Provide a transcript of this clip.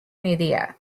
media